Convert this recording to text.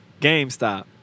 GameStop